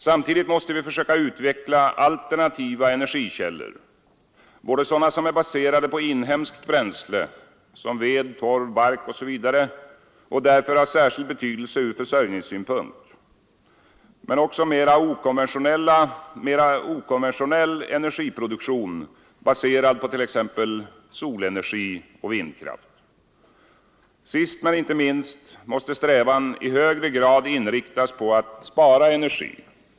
Samtidigt måste vi försöka utveckla alternativa energikällor, både sådana som är baserade på inhemskt bränsle som ved, torv, bark osv. och därför har särskild betydelse ur försörjningssynpunkt, men också mera okonventionell energiproduktion baserad på t.ex. solenergi och vindkraft. Sist men inte minst måste strävan i högre grad inriktas på att ”spara energi”.